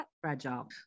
fragile